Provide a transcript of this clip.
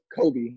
Kobe